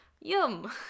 yum